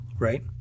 Right